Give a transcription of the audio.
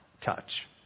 touch